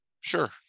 sure